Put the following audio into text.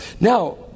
Now